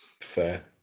Fair